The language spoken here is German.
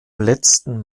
letzten